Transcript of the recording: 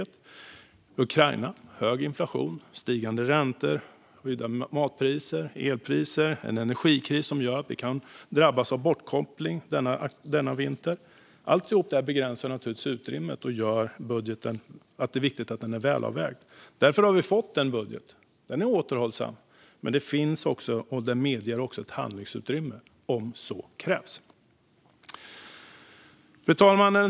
Det handlar om Ukraina, hög inflation, stigande räntor, höjda matpriser och elpriser och en energikris som gör att vi alla kan drabbas av bortkoppling denna vinter. Allt detta begränsar naturligtvis utrymmet och gör att det är viktigt att budgeten är väl avvägd. Därför har vi fått en budget som är återhållsam, men den medger också ett handlingsutrymme om så krävs. Fru talman!